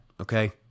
Okay